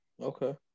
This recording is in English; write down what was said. okay